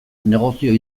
negozio